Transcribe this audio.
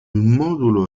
modulo